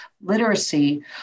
Literacy